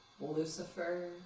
lucifer